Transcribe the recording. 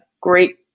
great